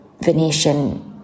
Venetian